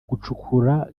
gucukura